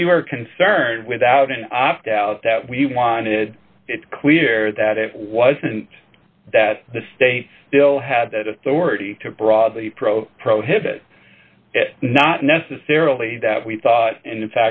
were concerned without an opt out that we wanted it clear that it wasn't that the state still had that authority to broadly probe prohibit it not necessarily that we thought and in